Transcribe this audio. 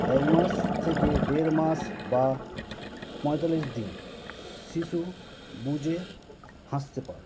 একমাস থেকে দেড় মাস বা পঁয়তাল্লিশ দিন শিশু বুঝে হাসতে পারে